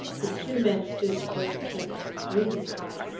the two men stood close together, breathing hard.